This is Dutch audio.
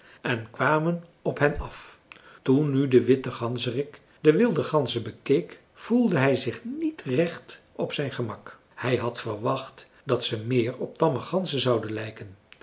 en kwamen op hen af toen nu de witte ganzerik de wilde ganzen bekeek voelde hij zich niet recht op zijn gemak hij had verwacht dat ze meer op tamme ganzen zouden lijken